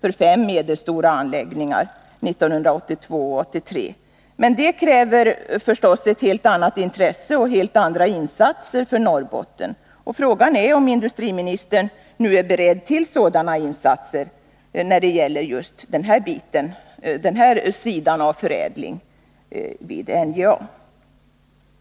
för fem medelstora anläggningar. Men en fullgödselfabrik kräver förstås ett helt annat intresse och helt andra insatser för Norrbotten. Frågan är om industriministern nu är beredd till sådana insatser när det gäller just denna sida av förädling vid NJA.